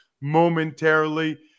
momentarily